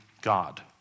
God